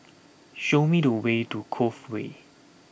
show me the way to Cove Way